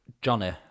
Johnny